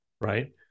Right